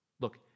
Look